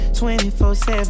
24-7